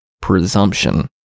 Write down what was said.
presumption